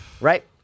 right